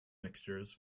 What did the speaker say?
mixtures